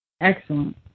Excellent